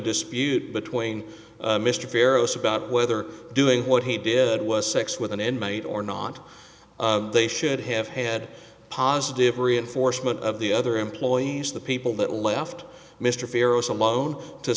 dispute between mr farrow's about whether doing what he did was sex with an end mate or not they should have had positive reinforcement of the other employees the people that left mr farrow's alone to